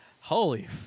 holy